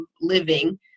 living